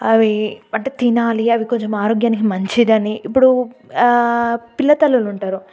అవి అంటే తినాలి అవి కొంచెం ఆరోగ్యానికి మంచిదని ఇప్పుడు పిల్ల తల్లులు ఉంటారు